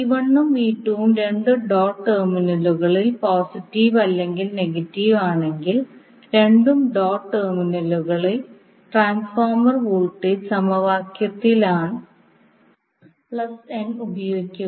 • ഉം ഉം രണ്ടും ഡോട്ട് ടെർമിനലുകളിൽ പോസിറ്റീവ് അല്ലെങ്കിൽ നെഗറ്റീവ് ആണെങ്കിൽ രണ്ടും ഡോട്ട് ടെർമിനലുകൾ ട്രാൻസ്ഫോർമർ വോൾട്ടേജ് സമവാക്യത്തിലാണ് n ഉപയോഗിക്കുക